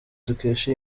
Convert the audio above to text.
dukesha